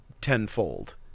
tenfold